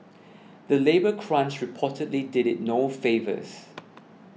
the labour crunch reportedly did it no favours